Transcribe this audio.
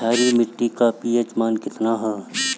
क्षारीय मीट्टी का पी.एच मान कितना ह?